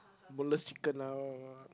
boneless chicken lah what what what